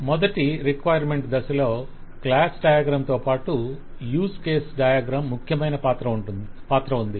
మొదటి రిక్వైర్మెంట్స్ దశలో class diagram తోపాటు యూజ్ కేస్ డయాగ్రమ్ ముఖ్యమైన పాత్ర ఉంది